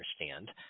understand